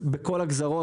בכל הגזרות,